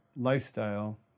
lifestyle